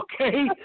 Okay